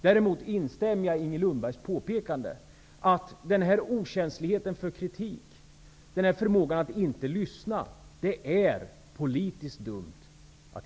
Däremot instämmer jag i Inger Lundbergs påpekande att okänsligheten för kritik och oförmågan att lyssna är politiskt dumt.